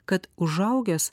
kad užaugęs